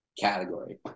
category